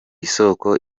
isoko